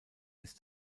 ist